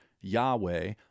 Yahweh